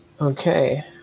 Okay